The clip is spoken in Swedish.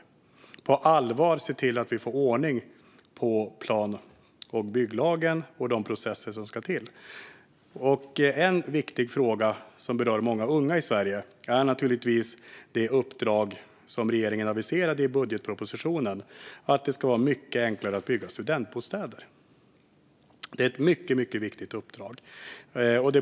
De ska på allvar se till att vi får ordning på plan och bygglagen och de processer som ska till. En viktig fråga som berör många unga i Sverige är naturligtvis det uppdrag som regeringen aviserade i budgetpropositionen, nämligen att det ska bli mycket enklare att bygga studentbostäder. Det är ett mycket viktigt uppdrag.